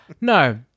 no